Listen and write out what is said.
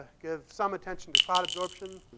ah give some attention to cloud absorption.